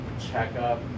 checkup